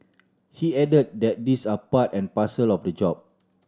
he add that these are part and parcel of the job